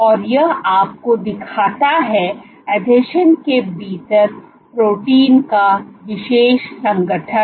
और यह आपको दिखाता है आसंजन के भीतर प्रोटीन का विशेष संगठन